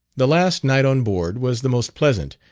the last night on board was the most pleasant,